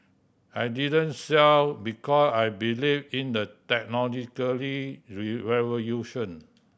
I didn't sell because I believe in the technological revolution